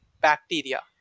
bacteria